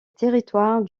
territoire